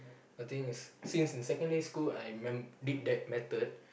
I think is since in secondary school I m~ did that method